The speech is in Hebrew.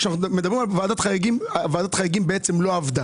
כשאנחנו מדברים על ועדת חריגים בעצם היא לא עבדה.